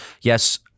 yes